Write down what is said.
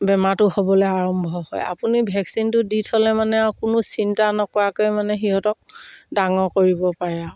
বেমাৰটো হ'বলৈ আৰম্ভ হয় আপুনি ভেকচিনটো দি থলে মানে আৰু কোনো চিন্তা নকৰাকাকৈ মানে সিহঁতক ডাঙৰ কৰিব পাৰে আৰু